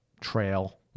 trail